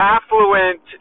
Affluent